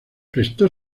prestó